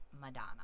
Madonna